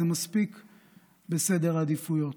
בסדר העדיפויות.